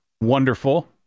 wonderful